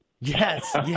Yes